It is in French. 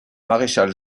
maréchal